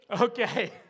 Okay